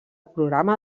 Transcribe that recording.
programa